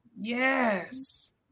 Yes